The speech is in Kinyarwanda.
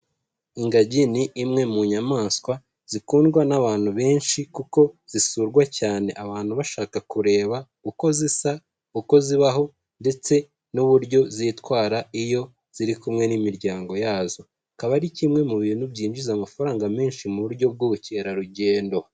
Ingagi ni imwe mu nyamaswa zikundwa n'abantu benshi, kuko zisurwa cyane abantu bashaka kureba uko zisa, uko zibaho, ndetse n'uburyo zitwara iyo ziri kumwe n'imiryango yazo, akaba ari kimwe mu bintu byinjiza amafaranga menshi, mu buryo bw'ubukerarugendo.